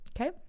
Okay